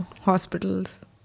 hospitals